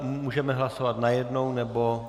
Můžeme hlasovat najednou nebo...